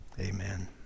amen